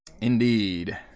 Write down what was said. Indeed